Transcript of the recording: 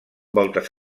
voltes